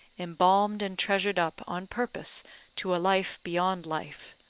embalmed and treasured up on purpose to a life beyond life.